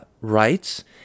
rights